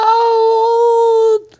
old